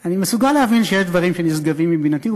אני מסוגל להבין שיש דברים שנשגבים מבינתי,